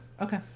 okay